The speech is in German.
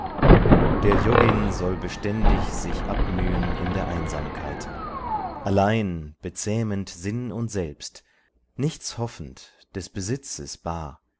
der yogin soll beständig sich abmühen in der einsamkeit allein bezähmend sinn und selbst nichts hoffend des besitzes bar